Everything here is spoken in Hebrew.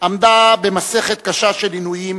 עמדה במסכת קשה של עינויים